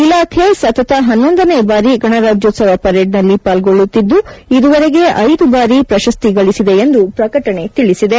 ಇಲಾಖೆ ಸತತ ಹನ್ನೊಂದನೇ ಬಾರಿ ಗಣರಾಜ್ಯೋತ್ಸವ ಪರೇಡ್ನಲ್ಲಿ ಪಾಲ್ಗೊಳ್ಳುತ್ತಿದ್ದು ಇದುವರೆಗೆ ಐದು ಬಾರಿ ಪ್ರಶಸ್ತಿ ಗಳಿಸಿದೆ ಎಂದು ಪ್ರಕಟಣೆ ತಿಳಿಸಿದೆ